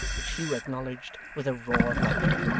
which hugh acknowledged with a roar of laughter.